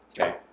Okay